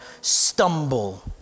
stumble